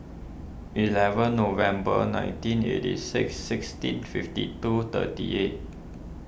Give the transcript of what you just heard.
eleven November nineteen eighty six sixteen fifty two thirty eight